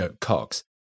COX